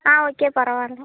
ஆ okay பரவாயில்ல